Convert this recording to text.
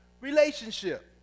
relationship